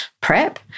prep